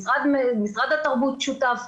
משרד התרבות משותף.